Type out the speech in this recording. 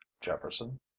Jefferson